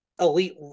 elite